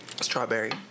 Strawberry